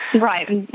Right